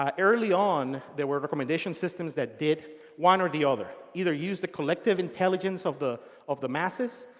um early on, there were recommendation systems that did one or the other. either used the collective intelligence of the of the masses,